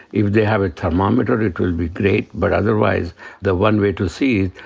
if they have a thermometer it will be great but otherwise the one way to see,